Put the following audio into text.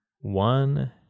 one